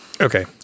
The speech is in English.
Okay